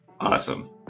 Awesome